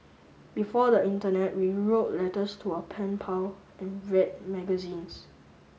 before the internet we wrote letters to our pen pal and read magazines